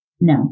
no